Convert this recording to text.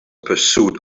pursuit